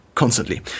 constantly